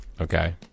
Okay